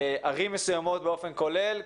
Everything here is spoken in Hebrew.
ערים מסוימות באופן כולל,